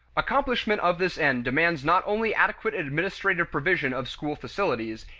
accomplishment of this end demands not only adequate administrative provision of school facilities,